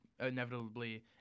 inevitably